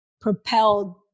propelled